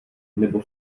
nebo